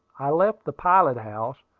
i left the pilot-house,